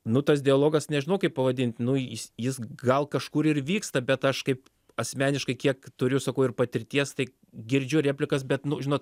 nu tas dialogas nežinau kaip pavadint nu jis jis gal kažkur ir vyksta bet aš kaip asmeniškai kiek turiu sakau ir patirties tai girdžiu replikas bet nu žinot